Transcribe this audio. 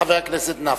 לחבר הכנסת נפאע.